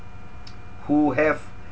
who have